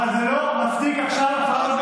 מספיק עכשיו במליאה.